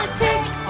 take